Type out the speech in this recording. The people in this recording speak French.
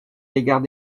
l’égard